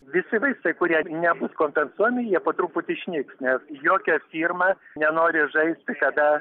visi vaistai kurie nebus kompensuojami jie po truputį išnyks nes jokia firma nenori žaisti kada